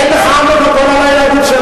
אין לכם מונופול על היהדות.